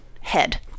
head